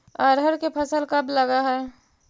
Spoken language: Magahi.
अरहर के फसल कब लग है?